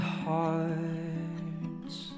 hearts